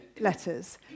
letters